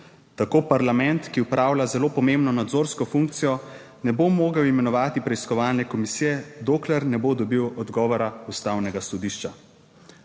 Tako parlament, ki opravlja zelo pomembno nadzorsko funkcijo, ne bo mogel imenovati preiskovalne komisije, dokler ne bo dobil odgovora Ustavnega sodišča.